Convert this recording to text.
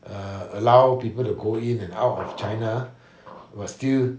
uh allow people to go in and out of china but still